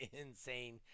insane